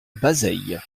bazeilles